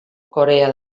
corea